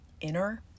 inner